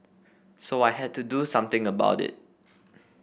so I had to do something about it